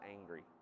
angry